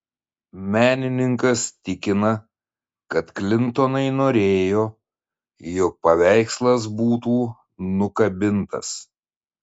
menininkas tikina kad klintonai norėjo jog paveikslas būtų nukabintas